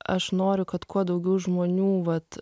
aš noriu kad kuo daugiau žmonių vat